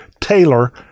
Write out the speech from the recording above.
Taylor